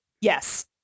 Yes